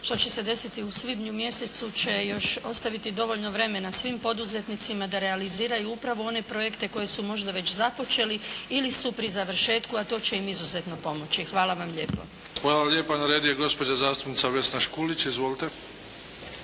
što će se desiti u svibnju mjesecu će još ostaviti dovoljno vremena svim poduzetnicima da realiziraju upravo one projekte koje su možda već započeli ili su pri završetku, a to će im izuzetno pomoći. Hvala vam lijepo. **Bebić, Luka (HDZ)** Hvala. Na redu je gospođa zastupnica Vesna Škulić. Izvolite.